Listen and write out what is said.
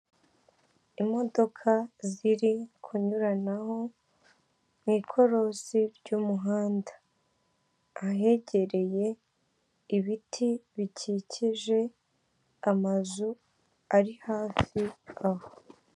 Imodoka ziri kunyuranaho mu ikorosi ry'umuhanda ahegereye ibiti bikikije amazu ari hafi aho.